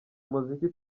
muziki